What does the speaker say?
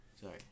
Sorry